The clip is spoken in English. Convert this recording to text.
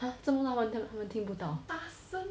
!huh! 做么他们听不到